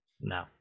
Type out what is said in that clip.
No